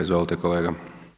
Izvolite kolega.